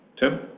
Tim